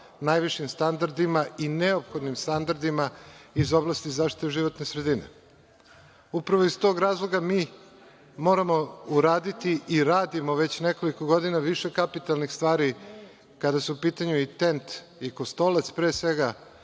najvišim standardima i neophodnim standardima iz oblasti zaštite životne sredine. Upravo iz tog razloga mi moramo uraditi i radimo već nekoliko godina više kapitalnih stvari kada su u pitanju i TENT i „Kostolac“. Pre svega,